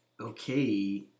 okay